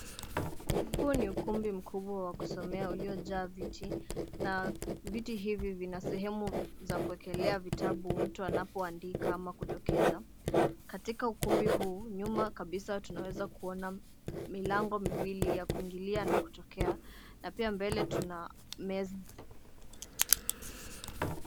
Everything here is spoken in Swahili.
Huu ni ukumbi mkubwa wa kusomea uliojaa viti na viti hivi vina sehemu za kuekelea vitabu mtu anapoandika ama kudokeza. Katika ukumbi huu nyuma kabisa tunaeza kuona milango miwili ya kuingililia na kutokea na pia mbele tuna meza.